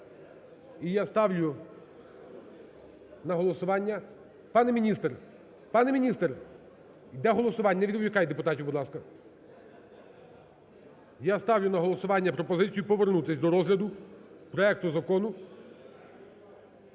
І ставлю на голосування… Пане міністр! Пане міністр, йде голосування, не відволікайте депутатів, будь ласка. Я ставлю на голосування пропозицію повернутись до розгляду проекту Закону